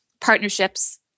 partnerships